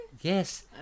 Yes